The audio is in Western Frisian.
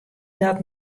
dat